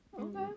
Okay